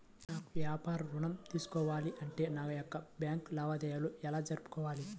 నాకు వ్యాపారం ఋణం తీసుకోవాలి అంటే నా యొక్క బ్యాంకు లావాదేవీలు ఎలా జరుపుకోవాలి?